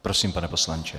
Prosím, pane poslanče.